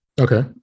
Okay